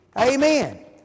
Amen